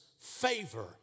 favor